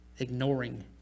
ignoring